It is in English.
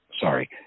Sorry